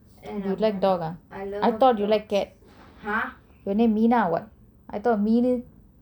you like dog ah I thought you like cat your name mina [what] I thought min~